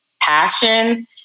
passion